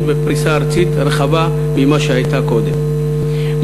בפריסה ארצית רחבה ממה שהייתה קודם,